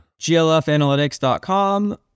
GLFanalytics.com